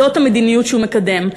זאת המדיניות שהוא מקדם,